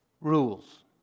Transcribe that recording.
rules